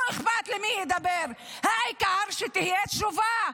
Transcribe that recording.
לא אכפת לי מי ידבר, העיקר שתהיה תשובה.